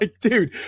Dude